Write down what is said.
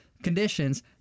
Conditions